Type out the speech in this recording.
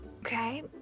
okay